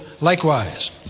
likewise